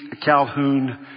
Calhoun